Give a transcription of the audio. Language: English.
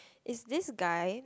is this guy